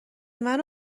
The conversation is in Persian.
منو